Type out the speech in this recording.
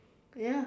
ya